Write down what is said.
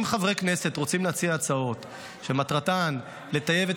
אם חברי כנסת רוצים להציע הצעות שמטרתן לטייב את